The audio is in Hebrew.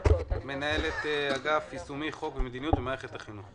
מנהלת אגף יישומי חוק ומדיניות במערכת החינוך,